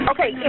Okay